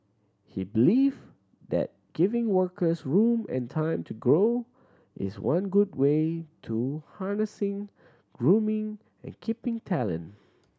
he believe that giving workers room and time to grow is one good way to harnessing grooming and keeping talent